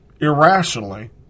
irrationally